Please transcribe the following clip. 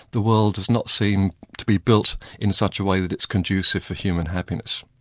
the world does not seem to be built in such a way that it's conducive for human happiness.